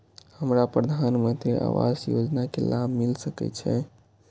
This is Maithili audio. हमरा प्रधानमंत्री आवास योजना के लाभ मिल सके छे?